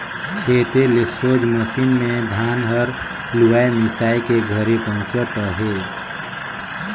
खेते ले सोझ मसीन मे धान हर लुवाए मिसाए के घरे पहुचत अहे